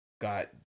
got